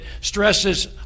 stresses